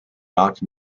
knocked